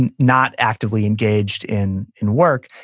and not actively engaged in in work,